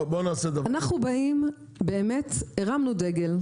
הרמנו דגל,